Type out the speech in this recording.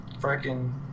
freaking